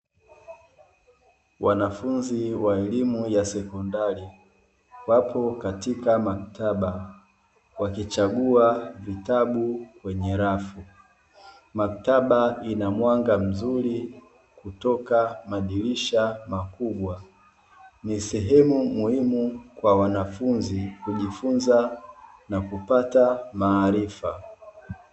Wanafunzi wa elimu ya sekondari wapo katika maktaba wakichagua vitabu kwenye rafu. Maktaba inamwaga mzuri kutoka madirisha makubwa, ni sehemu muhimu kwa wanafunzi kujifunza na kupata maarifa.